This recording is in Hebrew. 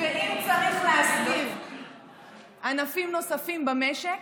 ואם צריך להסדיר ענפים נוספים במשק,